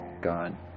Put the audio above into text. god